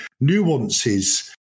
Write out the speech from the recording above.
nuances